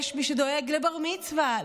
יש מי שדואג לבר-מצווה,